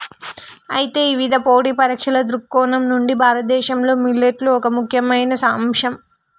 అయితే ఇవిధ పోటీ పరీక్షల దృక్కోణం నుండి భారతదేశంలో మిల్లెట్లు ఒక ముఖ్యమైన అంశం